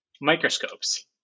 microscopes